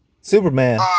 Superman